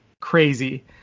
crazy